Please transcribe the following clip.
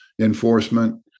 enforcement